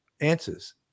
answers